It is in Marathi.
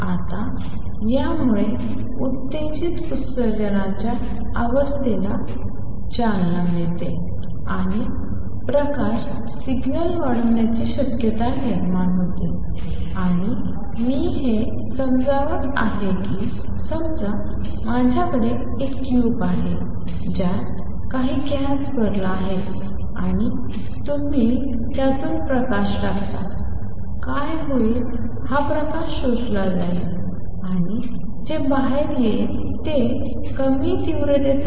आता यामुळे उत्तेजित उत्सर्जनाच्या अस्तित्वाला चालना मिळते आणि प्रकाश सिग्नल वाढवण्याची शक्यता निर्माण होते आणि मी हे समजावत आहे कि समजा माझ्याकडे एक क्यूब आहे ज्यात काही गॅस भरला आहे आणि तुम्ही त्यातून प्रकाश टाकता काय होईल हा प्रकाश शोषला जाईल आणि जे बाहेर येईल ते कमी तीव्रतेचा प्रकाश असेल